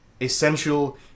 essential